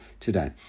today